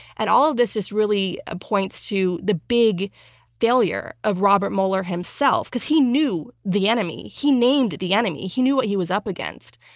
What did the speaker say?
and all of this this really ah points to the big failure of robert mueller himself, because he knew the enemy. he named the enemy. he knew what he was up against,